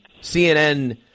CNN